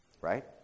Right